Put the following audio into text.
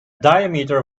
diameter